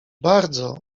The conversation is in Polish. bardzo